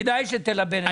כדאי שתלבן את זה.